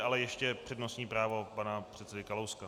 Ale ještě přednostní právo pana předsedy Kalouska.